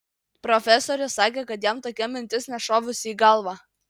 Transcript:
profesorius sakė kad jam tokia mintis nešovusi į galvą